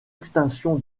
extinction